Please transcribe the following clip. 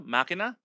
Makina